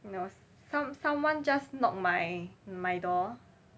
no some~ someone just knocked my my door